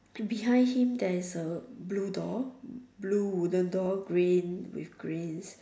and behind him there is a blue door blue wooden door green with grey